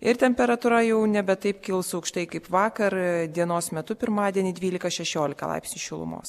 ir temperatūra jau nebe taip kils aukštai kaip vakar dienos metu pirmadienį dvylika šešiolika laipsnių šilumos